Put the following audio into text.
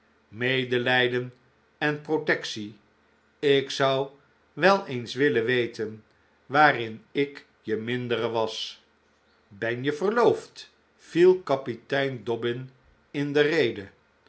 medelijden en protectie ik zou wel eens willen weten waarin ik je mindere was ben je verloofd viel kapitein dobbin in de rede